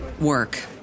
work